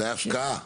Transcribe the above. בהפקעה.